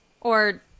Or-